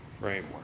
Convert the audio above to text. framework